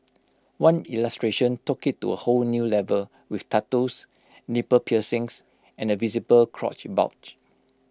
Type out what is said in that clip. one illustration took IT to A whole new level with tattoos nipple piercings and A visible crotch bulge